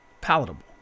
palatable